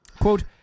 Quote